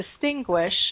distinguish